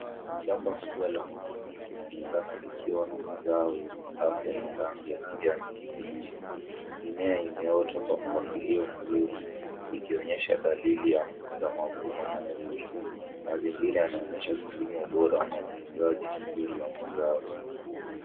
Shamba kubwa la mahindi linaonekana likiwa na mazao yenye afya na rangi ya kijani kibichi. Mimea imeota kwa mpangilio mzuri, ikionyesha dalili za mavuno mazuri. Mazingira yanaonesha kilimo bora na utunzaji mzuri wa mazao